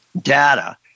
data